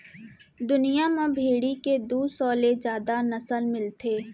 दुनिया म भेड़ी के दू सौ ले जादा नसल मिलथे